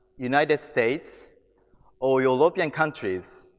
united states or european countries?